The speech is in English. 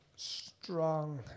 Strong